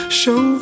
show